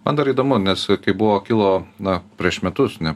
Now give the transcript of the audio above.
man dar įdomu nes kaip buvo kilo na prieš metus ne